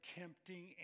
tempting